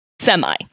semi